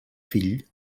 fill